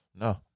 no